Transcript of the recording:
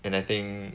and I think